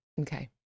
Okay